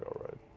ah right.